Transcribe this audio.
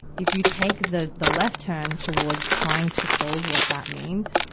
if you take the the left turn towards trying to solve what that means,